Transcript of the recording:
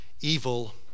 evil